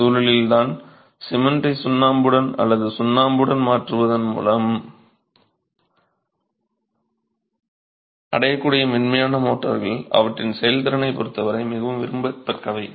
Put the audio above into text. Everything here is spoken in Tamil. இந்தச் சூழலில்தான் சிமெண்டைச் சுண்ணாம்புடன் அல்லது சுண்ணாம்புடன் மாற்றுவதன் மூலம் அடையக்கூடிய மென்மையான மோர்ட்டார்கள் அவற்றின் செயல்திறனைப் பொறுத்தவரை மிகவும் விரும்பத்தக்கவை